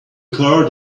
card